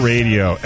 Radio